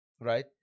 right